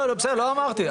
לא, בסדר לא אמרתי.